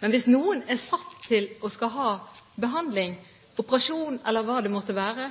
Men hvis noen er satt opp til og skal ha behandling – operasjon eller hva det måtte være –